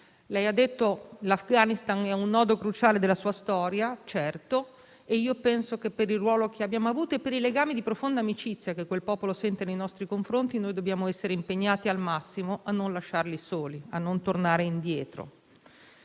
Lei ha detto che l'Afghanistan è a un nodo cruciale della sua storia e penso che, per il ruolo che abbiamo avuto e per i legami di profonda amicizia che quel popolo sente nei nostri confronti, dobbiamo essere impegnati al massimo a non lasciarli soli, a non tornare indietro.